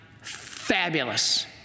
fabulous